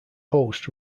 host